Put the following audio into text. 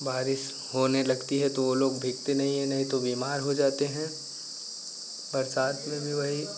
बारिश होने लगती हैं तो वो लोग भीगते नहीं है नहीं तो बीमार हो जाते हैं बरसात में भी वही